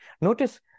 Notice